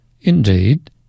Indeed